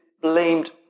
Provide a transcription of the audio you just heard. blamed